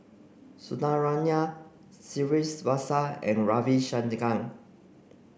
Sundaraiah Srinivasa and Ravi Shankar